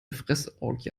fressorgie